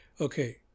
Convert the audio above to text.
Okay